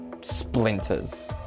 splinters